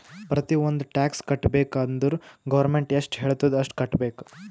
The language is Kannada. ಪ್ರತಿ ಒಂದ್ ಟ್ಯಾಕ್ಸ್ ಕಟ್ಟಬೇಕ್ ಅಂದುರ್ ಗೌರ್ಮೆಂಟ್ ಎಷ್ಟ ಹೆಳ್ತುದ್ ಅಷ್ಟು ಕಟ್ಟಬೇಕ್